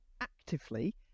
actively